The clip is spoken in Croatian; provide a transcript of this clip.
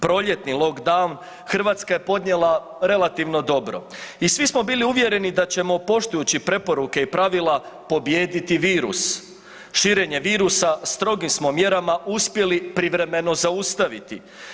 Proljetni lockdown Hrvatska je podnijela relativno dobro i svi smo bili uvjereni da ćemo poštujući preporuke i pravila pobijediti virus, širenje virusa strogim smo mjerama uspjeli privremeno zaustaviti.